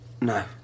No